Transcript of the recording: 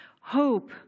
Hope